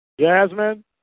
Jasmine